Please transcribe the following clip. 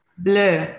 Bleu